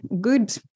good